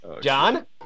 John